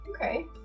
Okay